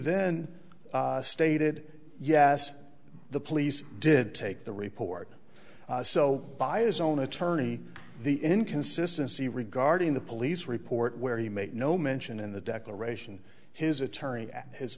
then stated yes the police did take the report so by his own attorney the inconsistency regarding the police report where he made no mention in the declaration his attorney